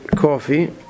Coffee